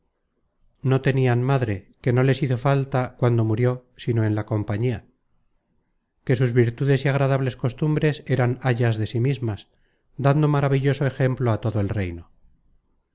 no tenian madre que no les hizo falta cuando murió sino en la compañía que sus virtudes y agradables costumbres eran ayas de sí mismas dando maravilloso ejemplo a todo el reino